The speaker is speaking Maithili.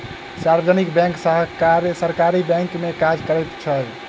सार्वजनिक बैंक सरकारी नियंत्रण मे काज करैत छै